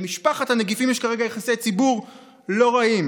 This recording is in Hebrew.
למשפחת הנגיפים יש כרגע יחסי ציבור לא רעים,